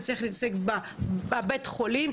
הוא יצטרך להתעסק בבית החולים,